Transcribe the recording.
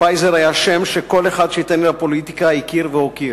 שפייזר היה שם שכל אחד שהתעניין בפוליטיקה הכיר והוקיר.